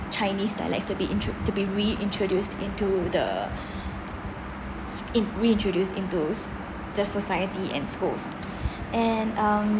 chinese dialects to be intr~ to be reintroduced into the s~ in reintroduce into the society and schools and um